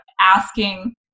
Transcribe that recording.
asking